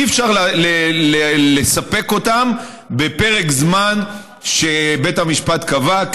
אי-אפשר לספק אותם בפרק זמן שבית המשפט קבע,